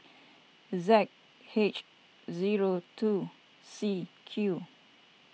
Z H zero two C Q